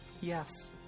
Yes